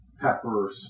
pepper